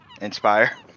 Inspire